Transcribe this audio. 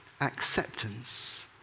Acceptance